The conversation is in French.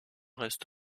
reste